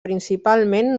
principalment